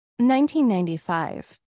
1995